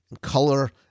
color